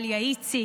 דליה איציק,